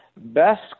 Best